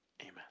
Amen